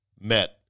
met